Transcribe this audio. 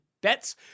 Bets